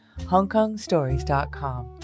HongkongStories.com